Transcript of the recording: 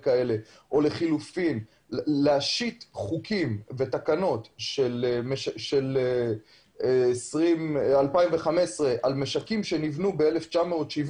או לחלופין להשית חוקים ותקנות של 2015 על משקים שנבנו ב-1970